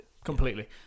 completely